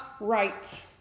right